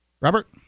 Robert